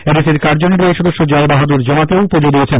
এডিসির কার্যনির্বাহী সদস্য জয়বাহাদুর জমাতিয়া ও পুজো দিয়েছেন